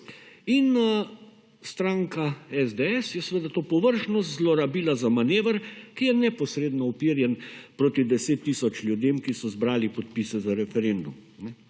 in, stranka SDS je seveda to površno zlorabila za manever, ki je neposredno uperjen proti 10 tisoč ljudem, ki so zbrali podpise za referendum.